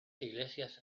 iglesias